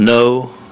No